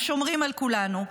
הם שומרים על כולנו,